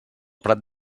prat